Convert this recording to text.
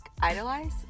idolize